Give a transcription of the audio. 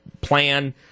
plan